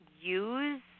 use